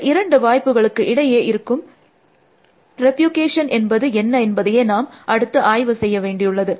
இந்த இரண்டு வாய்ப்புகளுக்கு இடையே இருக்கும் ரிப்பகேஷன் என்பது என்ன என்பதையே நாம் அடுத்து ஆய்வு செய்ய வேண்டியுள்ளது